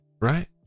right